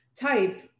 type